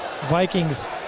Vikings